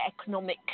economic